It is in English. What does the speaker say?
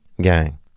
gang